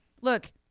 look—